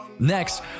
Next